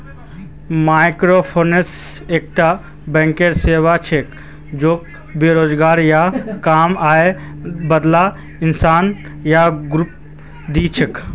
microfinance एकता banking सेवा छिके जेको बेरोजगार या कम आय बाला इंसान या ग्रुपक दी छेक